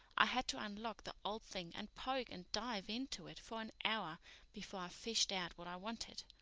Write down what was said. i had to unlock the old thing and poke and dive into it for an hour before i fished out what i wanted.